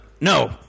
No